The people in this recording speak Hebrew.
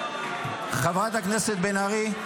חברת הכנסת בן ארי,